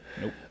Nope